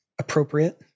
appropriate